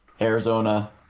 Arizona